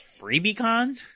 FreebieCon